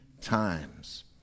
times